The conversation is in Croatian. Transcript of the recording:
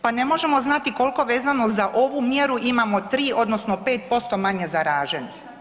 Pa ne možemo znati koliko vezano za ovu mjeru imamo 3 odnosno 5% manje zaraženih.